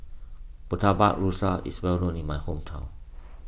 Murtabak Rusa is well known in my hometown